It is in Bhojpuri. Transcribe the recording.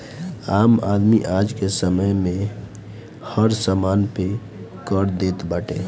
आम आदमी आजके समय में हर समान पे कर देत बाटे